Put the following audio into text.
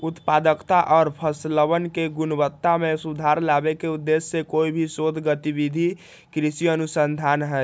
उत्पादकता और फसलवन के गुणवत्ता में सुधार लावे के उद्देश्य से कोई भी शोध गतिविधि कृषि अनुसंधान हई